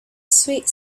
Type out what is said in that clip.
sweet